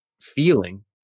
feeling